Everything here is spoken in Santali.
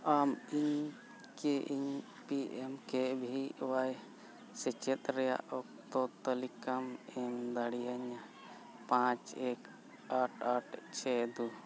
ᱟᱢ ᱤᱧ ᱠᱤ ᱤᱧ P M K V Y ᱥᱮᱪᱮᱫ ᱨᱮᱱᱟᱜ ᱚᱠᱛᱚ ᱛᱟᱞᱤᱠᱟᱢ ᱮᱢ ᱫᱟᱲᱮᱭᱟᱹᱧᱟᱹ ᱯᱟᱸᱪ ᱮᱠ ᱟᱴ ᱟᱴ ᱪᱷᱚᱭ ᱫᱩ